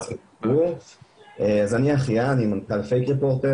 אז אני אחיה אני מנכ"ל הפייק ריפורטר